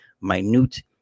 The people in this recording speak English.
minute